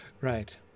Right